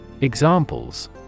Examples